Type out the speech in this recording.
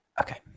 Okay